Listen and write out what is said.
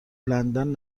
لندن